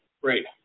Great